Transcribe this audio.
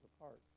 apart